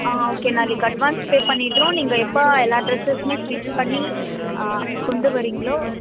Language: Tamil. ஆ ஓகே நாளைக்கு அட்வான்ஸ் பே பண்ணிடுறோம் நீங்கள் எப்போ எல்லா ட்ரெஸ்ஸஸ்ஸுமே ஸ்டிச் பண்ணி கொண்டு வர்றீங்களோ